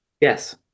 yes